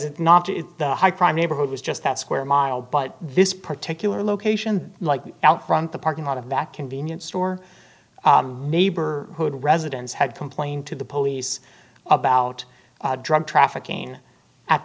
it's not to the high crime neighborhood was just that square mile but this particular location like out front the parking lot of that convenience store neighbor who had residents had complained to the police about drug trafficking at